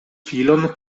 filon